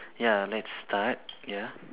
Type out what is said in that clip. ya lets start ya